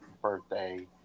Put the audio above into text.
birthday